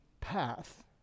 path